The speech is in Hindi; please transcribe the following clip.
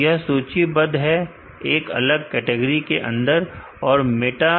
तो यह सूचीबद्ध है एक अलग कैटेगरी के अंदर और मेटा